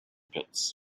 pits